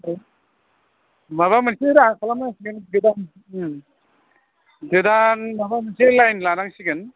माबा मोनसे राहा खालामनांसिगोन गोदान गोदान माबा मोनसे लाइन लानांसिगोन